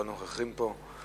כל הנוכחים פה.